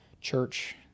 church